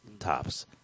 tops